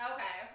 Okay